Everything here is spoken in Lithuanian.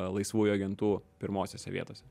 laisvųjų agentų pirmosiose vietose